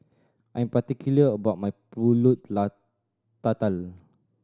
I am particular about my pulut la tatal